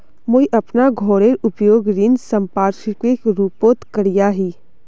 मुई अपना घोरेर उपयोग ऋण संपार्श्विकेर रुपोत करिया ही